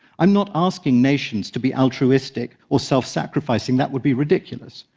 i'm not asking nations to be altruistic or self-sacrificing. that would be ridiculous.